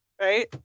right